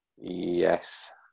Yes